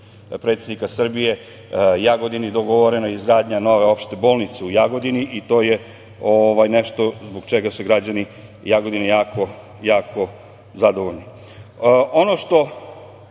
predsednika Srbije Jagodini dogovorena izgradnja nove opšte bolnice u Jagodini i to je nešto zbog čega su građani Jagodine jako zadovoljni. Ono što